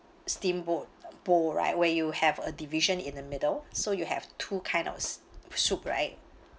steamboat bowl right where you have a division in the middle so you have two kind of s~ soup right